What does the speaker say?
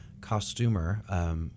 costumer